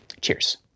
Cheers